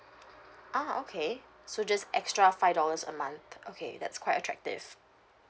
ah okay so just extra five dollars a month okay that's quite attractive